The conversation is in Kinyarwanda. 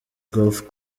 golf